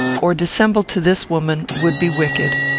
or dissemble to this woman would be wicked.